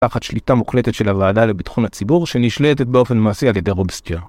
תחת שליטה מוקלטת של הוועדה לביטחון הציבור שנשלטת באופן מעשי על ידי רובסטיה.